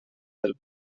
del